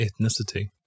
ethnicity